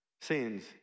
sins